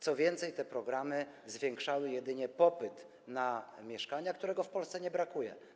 Co więcej, te programy zwiększały jedynie popyt na mieszkania, którego w Polsce nie brakuje.